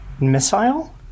missile